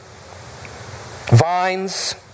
vines